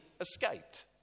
escaped